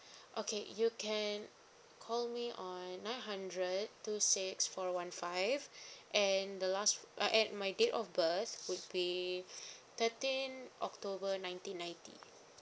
okay you can call me on nine hundred two six four one five and the last uh and my date of birth would be thirteen october nineteen ninety